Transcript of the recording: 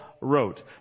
wrote